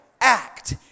act